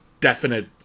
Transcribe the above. definite